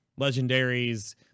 Legendaries